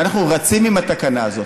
ואנחנו רצים עם התקנה הזאת.